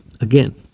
again